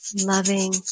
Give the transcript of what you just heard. loving